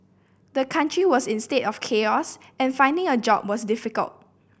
the country was in a state of chaos and finding a job was difficult